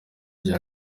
cya